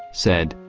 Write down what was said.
said,